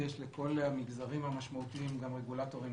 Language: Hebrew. יש לכל המגזרים המשמעותיים גם רגולטורים